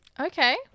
Okay